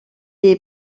est